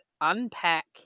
unpack